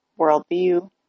worldview